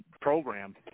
program